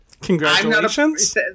congratulations